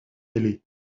mêlé